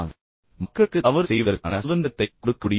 நீங்கள் மக்களுக்கு தவறு செய்வதற்கான சுதந்திரத்தை கொடுக்க முடியுமா